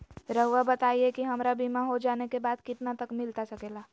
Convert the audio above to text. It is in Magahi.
रहुआ बताइए कि हमारा बीमा हो जाने के बाद कितना तक मिलता सके ला?